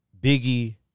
Biggie